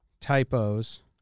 typos